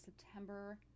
September